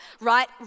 right